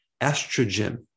estrogen